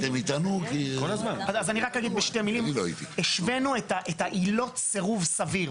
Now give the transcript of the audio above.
השוונו את העילות לסירוב סביר.